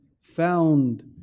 found